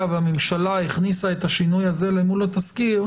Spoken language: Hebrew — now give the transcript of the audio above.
והממשלה הכניסה את השינוי הזה אל מול התזכיר,